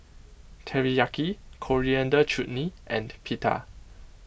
Teriyaki Coriander Chutney and Pita